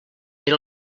era